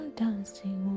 dancing